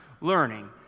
learning